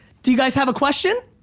do you guys have a question?